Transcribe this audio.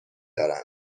دارند